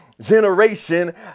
generation